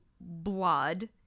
blood